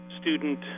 student